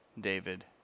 David